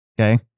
Okay